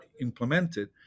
implemented